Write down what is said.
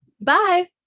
Bye